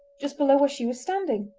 just below where she was standing.